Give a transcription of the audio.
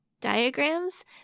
diagrams